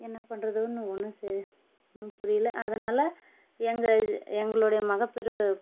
என்ன பண்ணுறதுன்னு ஒன்றும் சரி ஒன்றும் புரியல அதனால் எங்கள் எங்களுடைய மகப்பேறு